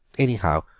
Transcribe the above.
anyhow,